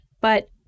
But-